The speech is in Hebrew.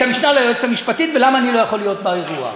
המשנה ליועצת המשפטית ולמה אני לא יכול להיות באירוע הזה.